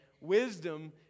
Wisdom